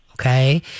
Okay